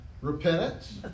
repentance